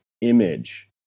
image